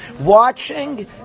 Watching